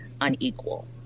unequal